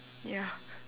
ya